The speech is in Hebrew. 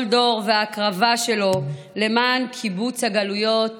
כל דור וההקרבה שלו למען קיבוץ הגלויות